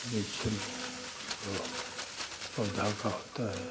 पौधा का होता है